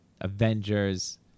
Avengers